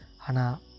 Hana